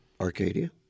arcadia